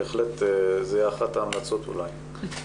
בהחלט, זו תהיה אחת ההמלצות אולי.